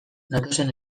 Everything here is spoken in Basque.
gatozen